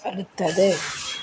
அடுத்தது